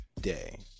day